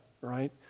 right